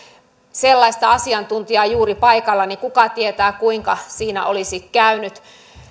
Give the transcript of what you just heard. sellaista asiantuntijaa juuri paikalla niin kuka tietää kuinka siinä olisi käynyt